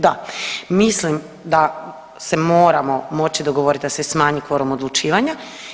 Da, mislim da se moramo moći dogovoriti da se smanji kvorum odlučivanja.